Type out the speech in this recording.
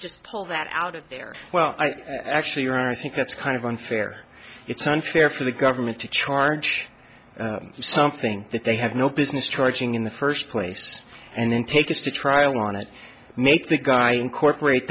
just pull that out of there well actually or i think that's kind of unfair it's unfair for the government to charge something that they have no business charging in the first place and then take this to trial want to make the guy incorporate